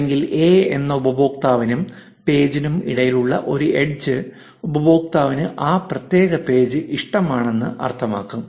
അല്ലെങ്കിൽ എ എന്ന ഉപയോക്താവിനും പേജിനും ഇടയിലുള്ള ഒരു എഡ്ജ് ഉപയോക്താവിന് ആ പ്രത്യേക പേജ് ഇഷ്ടമാണെന്ന് അർത്ഥമാക്കാം